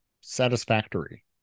satisfactory